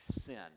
sin